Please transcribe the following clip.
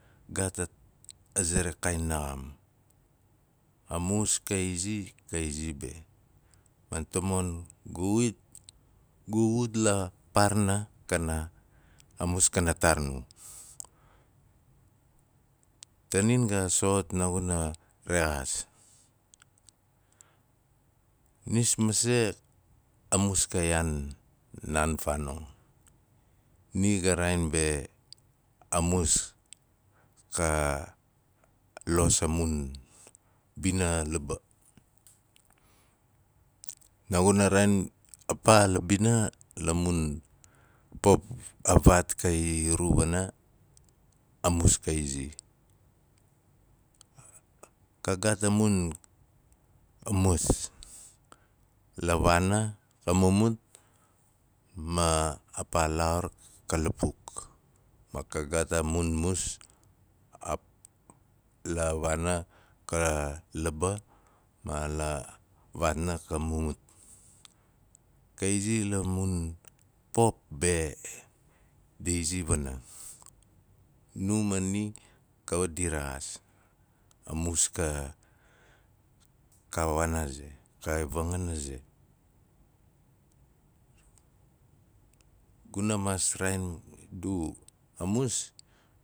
A a aze ra kaain inaxamam. A mus ka izi ka izi be. Man tamon gu wut la paarna, a mus kana taar nur. Tanum ga soxot naaguna rexaas, nis mase, a mus ka yaan naan faanong. Ni ga raain be a mas ka los a mun mbina laba. Naaguna raain a paa la bina la mun pop a vaat ka i ru wana, a mus ka izi ka gaat a mun mas, la waana ka mumut ma paa laaxari ka lapuk, ma ka gaat a mun mus la waana ka laba ma la waata ka mumut. Ka izi la mun pop be di izi wana. Nu man ni kawit di rexaas. a mus ka, ka waan aze ka i vangan aze. Guna maas raaun a du a mus